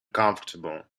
comfortable